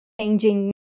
changing